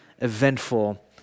eventful